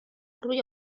روی